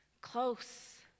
close